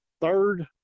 third